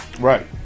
Right